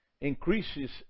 increases